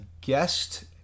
guest